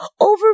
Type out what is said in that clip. Over